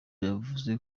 yavuze